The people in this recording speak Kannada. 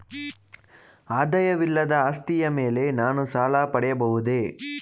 ಆದಾಯವಿಲ್ಲದ ಆಸ್ತಿಯ ಮೇಲೆ ನಾನು ಸಾಲ ಪಡೆಯಬಹುದೇ?